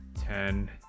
Ten